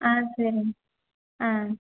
ஆ சரிங் ஆ